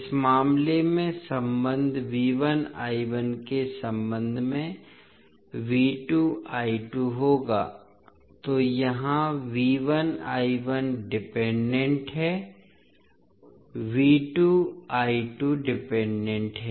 इस मामले में संबंध के संबंध में होगा तो यहां डिपेंडेंट है डिपेंडेंट है